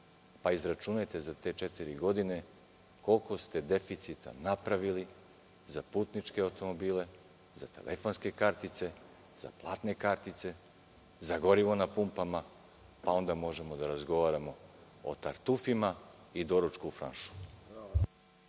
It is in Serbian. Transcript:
pa izračunajte za te četiri godine koliko ste deficita napravili za putničke automobile, za telefonske kartice, za platne kartice, za gorivo na pumpama, pa onda možemo da razgovaramo o tartufima i doručku u „Franšu“.